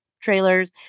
trailers